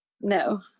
No